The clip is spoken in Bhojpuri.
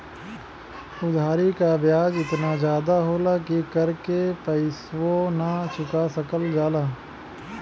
उधारी क बियाज एतना जादा होला कि कर के पइसवो ना चुका सकल जाला